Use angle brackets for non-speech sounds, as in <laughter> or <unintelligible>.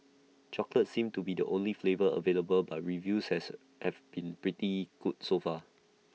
chocolate seems to be the only flavour available but reviews <unintelligible> have been pretty good so far